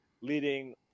leading